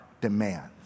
demands